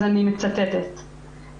אם יש פציינטית שמתפתלת מכאבים, שצורחת,